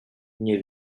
nie